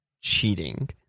cheating